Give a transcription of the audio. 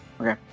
Okay